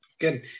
Good